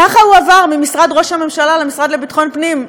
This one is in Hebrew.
ככה היא עברה ממשרד ראש הממשלה למשרד לביטחון פנים,